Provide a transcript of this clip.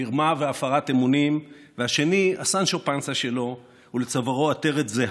מרמה והפרת אמונים והשני הסנצ'ו פנסה שלו ולצווארו עטרת זהה,